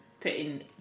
putting